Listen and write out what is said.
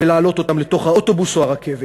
להעלות אותן לתוך האוטובוס או הרכבת.